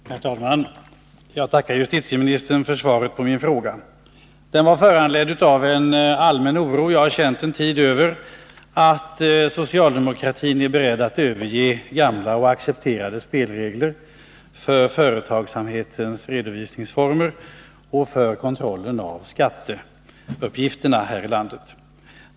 Herr talman! Jag tackar justitieministern för svaret på min fråga. Den var föranledd av en allmän oro som jag en tid har känt över att socialdemokratin är beredd att överge gamla och accepterade spelregler för företagsamhetens redovisning och för kontrollen av skatteuppgifterna i landet.